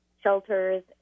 shelters